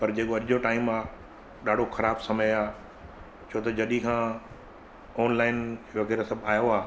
पर जेको अॼु जो टाइम आहे ॾाढो ख़राबु समय आहे छो त जॾहिं खां ऑनलाइन वग़ैरह सभु आयो आहे